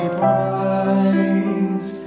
price